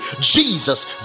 Jesus